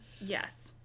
Yes